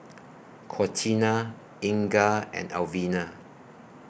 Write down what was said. Contina Inga and Alvina